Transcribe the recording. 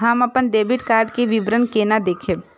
हम अपन debit card के विवरण केना देखब?